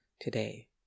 today